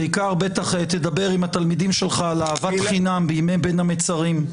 בטח תדבר עם התלמידים שלך על אהבת חינם בימי בין המצרים.